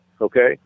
okay